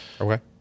Okay